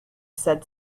said